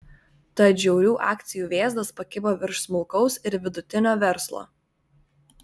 tad žiaurių akcijų vėzdas pakibo virš smulkaus ir vidutinio verslo